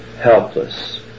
helpless